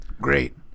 Great